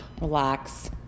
Relax